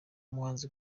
umuhanzi